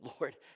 Lord